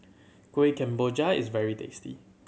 Kueh Kemboja is very tasty